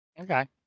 Okay